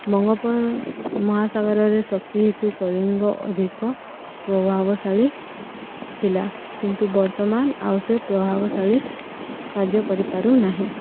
ବଙ୍ଗୋପ ମହାସାଗରରେ ଶକ୍ତି ହେତୁ କଳିଙ୍ଗ ଅଧିକ ପ୍ରଭାବଶାଳୀ ଥିଲା କିନ୍ତୁ ବର୍ତ୍ତମାନ ଆଉ ସେ ପ୍ରଭାବଶାଳୀ କାର୍ଯ୍ୟ କରିପାରୁନାହିଁ